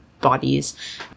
bodies